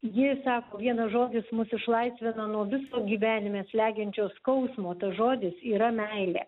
ji sako vienas žodis mus išlaisvina nuo viso gyvenime slegiančio skausmo tas žodis yra meilė